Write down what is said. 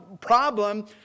problem